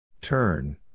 Turn